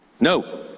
no